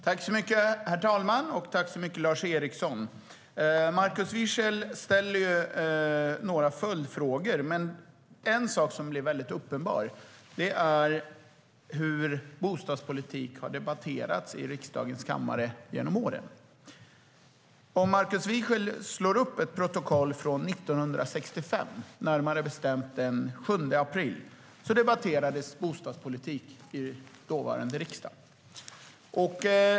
Herr talman! Jag tackar Lars Eriksson för hans inlägg. Markus Wiechel ställer några följdfrågor. En sak blir dock väldigt uppenbar, och det är hur bostadspolitik har debatterats i riksdagens kammare genom åren. Om Markus Wiechel slår upp ett protokoll från 1965, närmare bestämt protokollet från den 7 april, ser han att det då debatterades bostadspolitik i den dåvarande riksdagen.